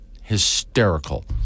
hysterical